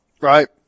Right